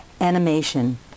animation